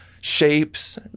shapes